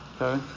Okay